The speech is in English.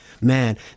man